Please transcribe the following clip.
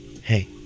Hey